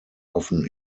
often